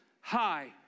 high